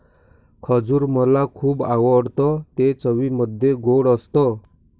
खजूर मला खुप आवडतं ते चवीमध्ये गोड असत